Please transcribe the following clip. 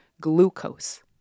Glucose